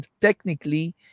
technically